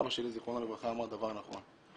אבא שלי ז"ל אמר דבר נכון.